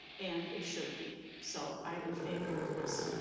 and they should be. so i am in favor of this.